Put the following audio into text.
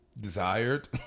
desired